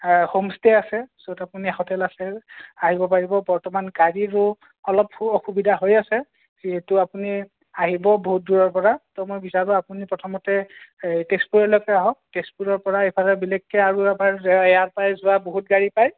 home stay আছে য'ত আপুনি হোটেল আছে আহিব পাৰিব বৰ্তমান গাড়ীৰো অলপ অসুবিধা হৈ আছে যিহেতু আপুনি আহিব বহুত দূৰৰ পৰা ত' মই বিচাৰোঁ আপুনি প্ৰথমতে এই তেজপুৰলৈকে আহক তেজপুৰৰ পৰা এইফালে বেলেগকৈ আৰু আমাৰ ইয়াৰ পৰাই যোৱা বহুত গাড়ী পায়